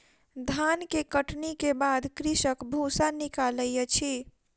धान के कटनी के बाद कृषक भूसा निकालै अछि